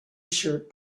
shirt